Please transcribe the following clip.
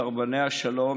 סרבני השלום,